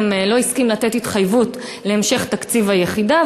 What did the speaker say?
לא הסכים לתת התחייבות להמשך תקציב היחידה,